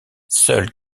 seule